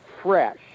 fresh